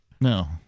No